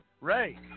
Ray